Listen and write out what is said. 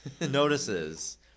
notices